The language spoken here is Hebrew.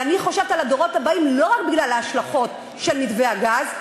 ואני חושבת על הדורות הבאים לא רק בגלל ההשלכות של מתווה הגז,